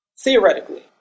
theoretically